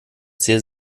sehr